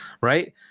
right